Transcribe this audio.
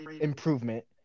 improvement